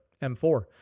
M4